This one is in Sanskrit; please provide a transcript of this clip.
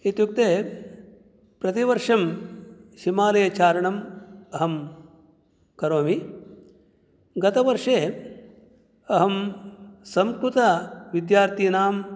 इत्युक्ते प्रतिवर्षं हिमालयचारणम् अहं करोमि गतवर्षे अहं संस्कृतविद्यार्थीनां